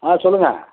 ஆ சொல்லுங்கள்